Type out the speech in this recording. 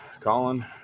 Colin